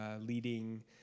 leading